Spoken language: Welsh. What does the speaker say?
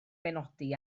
benodi